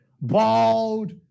bald